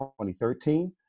2013